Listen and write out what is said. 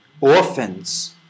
orphans